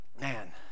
Man